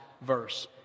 verse